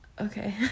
Okay